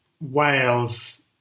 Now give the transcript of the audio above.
Wales